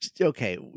okay